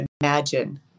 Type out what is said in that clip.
imagine